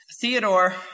Theodore